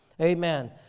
Amen